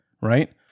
Right